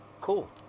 cool